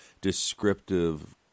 descriptive